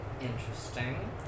Interesting